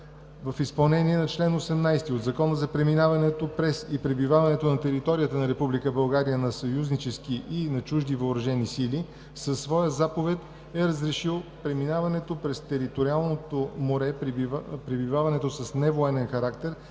в изпълнение на чл. 18 от Закона за преминаването през и пребиваването на територията на Република България на съюзнически и на чужди въоръжени сили със своя заповед е разрешил преминаването през териториалното море, пребиваването с невоенен характер